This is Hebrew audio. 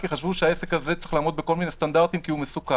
כי חשבו שהעסק הזה צריך לעמוד בכל מיני סטנדרטים כי הוא מסוכן,